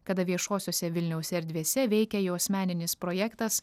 kada viešosiose vilniaus erdvėse veikė jos meninis projektas